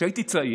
כשהייתי צעיר,